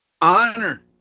Honor